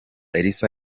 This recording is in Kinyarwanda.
elsa